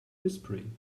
whispering